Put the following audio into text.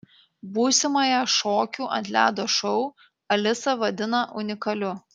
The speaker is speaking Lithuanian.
būsimąją šokių ant ledo šou alisa vadina unikaliu